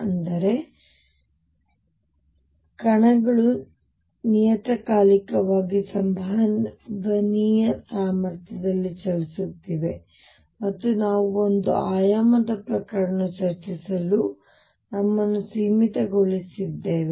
ಅಂದರೆ ಕಣಗಳು ನಿಯತಕಾಲಿಕವಾಗಿ ಸಂಭವನೀಯ ಸಾಮರ್ಥ್ಯದಲ್ಲಿ ಚಲಿಸುತ್ತಿವೆ ಮತ್ತು ನಾವು ಒಂದು ಆಯಾಮದ ಪ್ರಕರಣಗಳನ್ನು ಚರ್ಚಿಸಲು ನಮ್ಮನ್ನು ಸೀಮಿತಗೊಳಿಸಿದ್ದೇವೆ